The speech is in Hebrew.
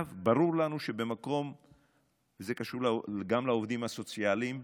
ברור לנו, וזה קשור גם לעובדים הסוציאליים,